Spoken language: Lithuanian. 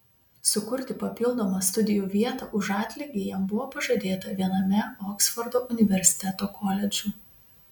sukurti papildomą studijų vietą už atlygį jam buvo pažadėta viename oksfordo universiteto koledžų